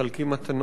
מחלקים מתנות,